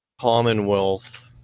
Commonwealth